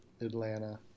Atlanta